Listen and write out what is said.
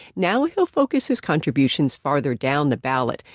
now, he'll focus his contributions farther down the ballot,